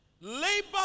labor